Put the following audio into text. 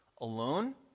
alone